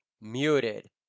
muted